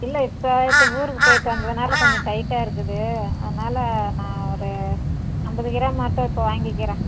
இல்லை இப்போ இப்போ ஊருக்கு போய்விட்டு வந்ததுனால் கொஞ்சம் டைட்டாக இருக்குது அதனால் நான் ஒரு ஐம்பது கிராம் மட்டும் இப்போ வாங்கிக்கிறேன்